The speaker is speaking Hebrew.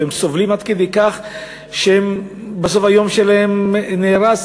והם סובלים עד כדי כך שבסוף היום שלהם נהרס.